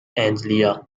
anglia